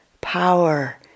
power